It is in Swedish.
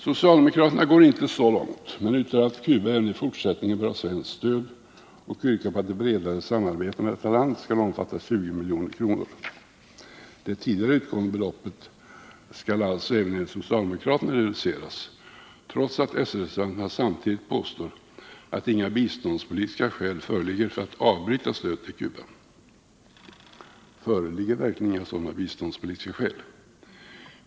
Socialdemokraterna går inte så långt men uttalar att Cuba även i fortsättningen bör ha svenskt stöd och yrkar att det bredare samarbetet med detta land skall omfatta 20 milj.kr. Det tidigare utgående beloppet skall alltså även enligt socialdemokraterna reduceras, trots att s-reservanterna samtidigt påstår att inga biståndspolitiska skäl föreligger för att avbryta stödet till Cuba. Föreligger verkligen inga sådana biståndspolitiska skäl?